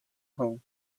home